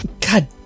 God